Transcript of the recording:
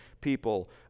people